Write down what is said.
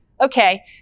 okay